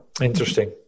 Interesting